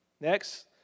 Next